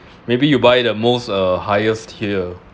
maybe you buy the most uh highest tier